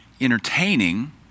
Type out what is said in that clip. entertaining